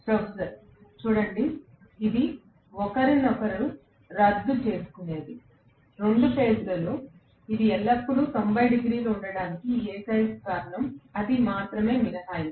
professor చూడండి ఇది ఒకరినొకరు రద్దు చేసుకునేది 2 ఫేజ్లో ఇది ఎల్లప్పుడూ 90 డిగ్రీలు ఉండటానికి ఏకైక కారణం అది మాత్రమే మినహాయింపు